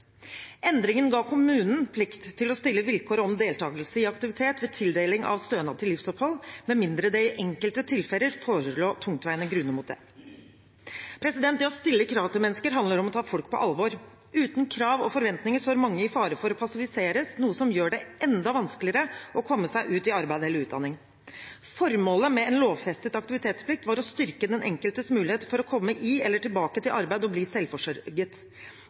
Endringen ga kommunen plikt til å stille vilkår om deltakelse i aktivitet ved tildeling av stønad til livsopphold med mindre det i enkelte tilfeller forelå tungtveiende grunner mot det. Det å stille krav til mennesker handler om å ta folk på alvor. Uten krav og forventninger står mange i fare for å passiviseres, noe som gjør det enda vanskeligere å komme seg ut i arbeid eller utdanning. Formålet med en lovfestet aktivitetsplikt var å styrke den enkeltes mulighet for å komme i arbeid eller tilbake til arbeid og bli selvforsørget.